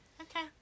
okay